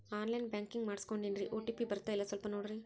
on line banking ಮಾಡಿಸ್ಕೊಂಡೇನ್ರಿ OTP ಬರ್ತಾಯಿಲ್ಲ ಸ್ವಲ್ಪ ನೋಡ್ರಿ